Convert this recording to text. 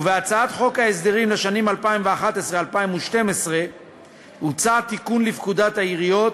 ובהצעת חוק ההסדרים לשנים 2012-2011 הוצע תיקון לפקודת העיריות